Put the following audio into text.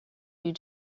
you